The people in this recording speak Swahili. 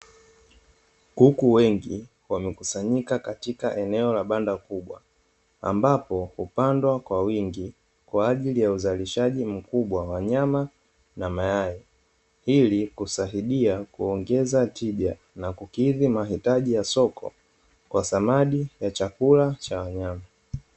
Kuku wengi wamekusanyika katika eneo la banda kubwa ambapo hupandwa kwa wingi kwa ajili ya uzalishaji mkubwa wa nyama na mayai, ili kusadia kuongeza tija na kukidhi mahitaji ya soko kwa samadi ya chakula cha wanyama.